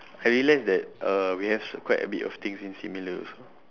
I realise that uh we have s~ quite a bit of things in similar also